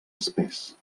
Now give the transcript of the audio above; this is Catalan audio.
espès